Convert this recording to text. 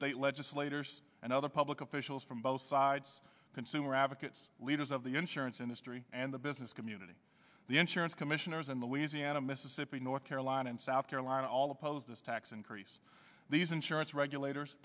state legislators and other public officials from both sides consumer advocates leaders of the insurance industry and the business community the insurance commissioners and louisiana mississippi north carolina and south carolina all oppose this tax increase these insurance regulators